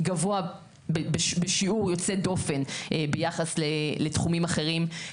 גבוה בשיעור יוצא דופן ביחס לתחומים אחרים.